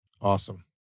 Awesome